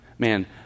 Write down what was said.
Man